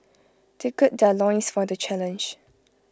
they gird their loins for the challenge